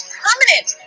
permanent